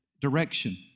direction